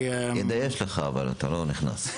ידע יש לך אבל אתה לא נכנס.